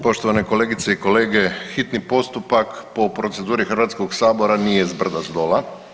Poštovane kolegice i kolege hitni postupak po proceduri Hrvatskoga sabora nije zbrda-zdola.